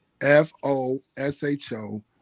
F-O-S-H-O